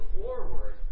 forward